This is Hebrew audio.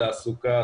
תעסוקה,